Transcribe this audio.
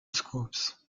scopes